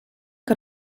que